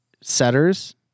setters